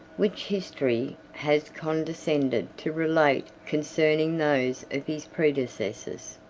which history has condescended to relate concerning those of his predecessors.